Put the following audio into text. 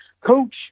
Coach